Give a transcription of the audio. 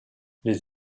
les